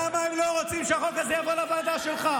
למה הם לא רוצים שהחוק הזה יבוא לוועדה שלך?